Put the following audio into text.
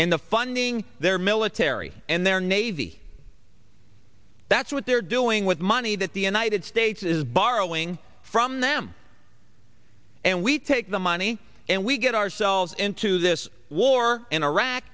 and the funding their military and their navy that's what they're doing with money that the united states is borrowing from them and we take the money and we get ourselves into this war in iraq